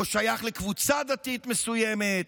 או שייך לקבוצה דתית מסוימת,